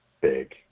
big